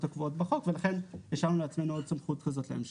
הקבועות בחוק ולכן השארנו לעצמינו עוד סמכות כזאת בהמשך.